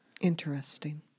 Interesting